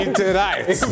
tonight